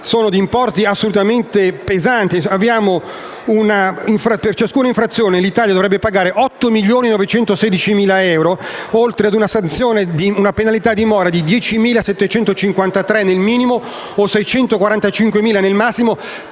hanno importi assolutamente pesanti. Per ciascuna infrazione l'Italia dovrebbe pagare 8,916 milioni di euro, oltre a una penalità di mora di 10.753 euro al minimo o 645.000 euro al massimo